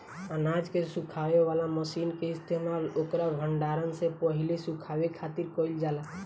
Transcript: अनाज के सुखावे वाला मशीन के इस्तेमाल ओकर भण्डारण से पहिले सुखावे खातिर कईल जाला